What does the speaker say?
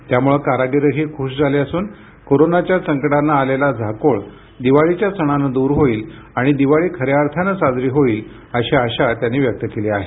यामुळं कारागीरही खूश झाले असून कोरोनाच्या संकटानं आलेला झाकोळ दिवाळीच्या सणानं दूर होईल आणि दिवाळी खऱ्या अर्थानं साजरी होईल अशी आशा त्यांनी व्यक्त केली आहे